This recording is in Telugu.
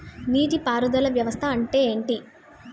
నీటి పారుదల వ్యవస్థ అంటే ఏంటి?